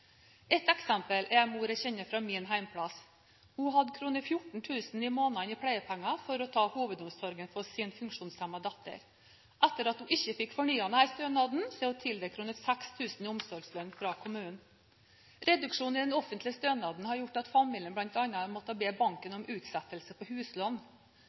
Et eksempel er en mor jeg kjenner fra mitt hjemsted. Hun hadde 14 000 kr i måneden i pleiepenger for å ha hovedomsorgen for sin funksjonshemmede datter. Etter at hun ikke fikk fornyet denne stønaden, er hun tildelt 6 000 kr i omsorgslønn fra kommunen. Reduksjonen i den offentlige stønaden har gjort at familien bl.a. har måttet be banken om utsettelse på huslån.